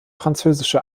französische